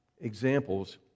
examples